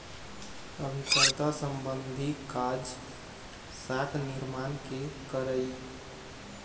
अभिकर्ता संबंधी काज, साख निरमान के करई